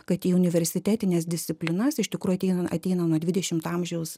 kad į universitetines disciplinas iš tikrųjų ateina ateina nuo dvidešimto amžiaus